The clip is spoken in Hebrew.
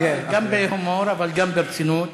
גם בהומור אבל גם ברצינות,